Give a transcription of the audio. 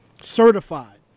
certified